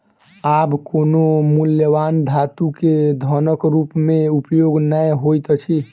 आब कोनो मूल्यवान धातु के धनक रूप में उपयोग नै होइत अछि